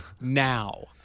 now